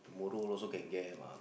borrow also can get mah